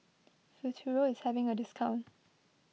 Futuro is having a discount